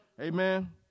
Amen